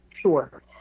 Sure